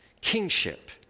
kingship